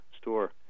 store